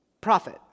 profit